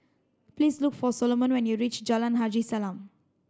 please look for Soloman when you reach Jalan Haji Salam